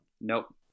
Nope